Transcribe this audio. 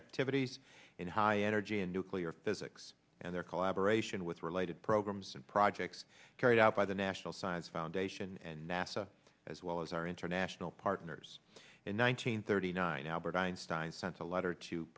activities in high energy in nuclear physics and their collaboration with related programs and projects carried out by the national science foundation and nasa as well as our international partners in one hundred thirty nine albert einstein sent a letter to